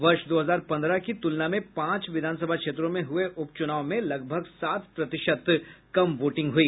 वर्ष दो हजार पंद्रह की तुलना में पांच विधानसभा क्षेत्रों में हुए उपचुनाव में लगभग सात प्रतिशत कम वोटिंग हुई